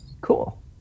Cool